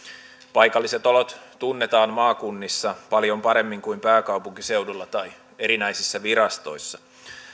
paikalliset olot tunnetaan maakunnissa paljon paremmin kuin pääkaupunkiseudulla tai erinäisissä virastoissa